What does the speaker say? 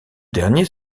dernier